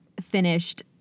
finished